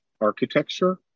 architecture